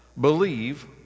believe